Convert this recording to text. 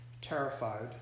terrified